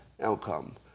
outcome